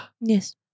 Yes